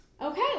Okay